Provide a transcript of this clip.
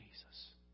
Jesus